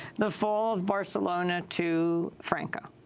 the fall of barcelona to franco.